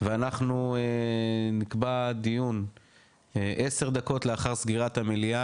ואנחנו נקבע דיון 10 דקות לאחר סגירת המליאה